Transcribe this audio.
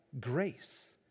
grace